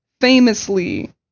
famously